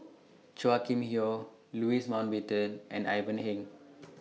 Chua Kim Yeow Louis Mountbatten and Ivan Heng